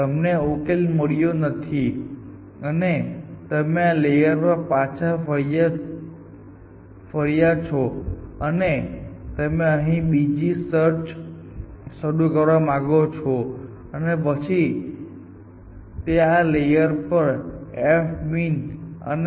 તમને ઉકેલ મળ્યો નથી અને તમે આ લેયર પર પાછા ફર્યા છો તમે અહીં બીજી સર્ચ શરૂ કરવા માંગો છો અને પછી તે આ લેયર પર f min અને આ લેયર પર f max છે